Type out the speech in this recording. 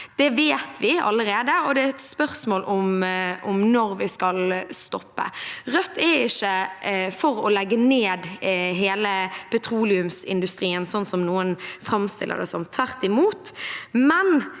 Det vet vi allerede, og det er et spørsmål om når vi skal stoppe. Rødt er ikke for å legge ned hele petroleumsindustrien, slik noen framstiller det – tvert imot